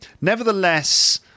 Nevertheless